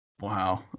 Wow